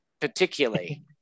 particularly